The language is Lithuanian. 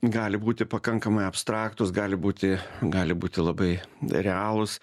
gali būti pakankamai abstraktūs gali būti gali būti labai realūs